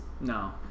No